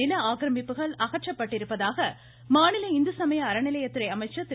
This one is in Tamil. நில ஆக்ரமிப்புகள் அகற்றப்பட்டிருப்பதாக மாநில இந்துசமய அறநிலையத்துறை அமைச்சர் திரு